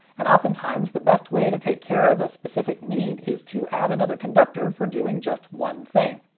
and oftentimes the best way to take care of a specific need is to add another conductor for doing just one thing.